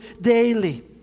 daily